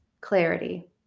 clarity